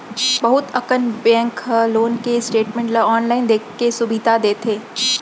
बहुत अकन बेंक ह लोन के स्टेटमेंट ल आनलाइन देखे के सुभीता देथे